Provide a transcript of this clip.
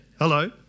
Hello